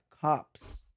cops